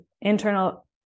internal